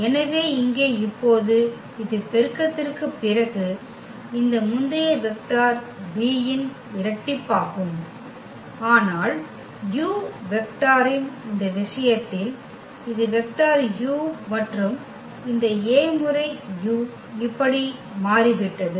எனவே இங்கே இப்போது இது பெருக்கத்திற்குப் பிறகு இந்த முந்தைய வெக்டர் v இன் இரட்டிப்பாகும் ஆனால் இந்த u வெக்டாரின் இந்த விஷயத்தில் இது வெக்டர் u மற்றும் இந்த A முறை u இப்படி மாறிவிட்டது